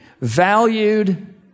valued